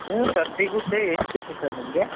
ಹ್ಞೂ ಸರ್ ಸಿಗುತ್ತೆ ಎಷ್ಟು ಬೇಕು ಸರ್ ನಿಮಗೆ